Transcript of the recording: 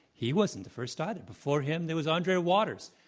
he wasn't the first, either. before him, there was andre waters.